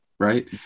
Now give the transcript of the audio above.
Right